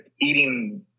eating